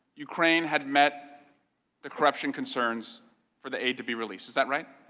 ukraine had met the corruption concerns for the aide to be released is that right?